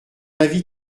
avis